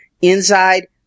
inside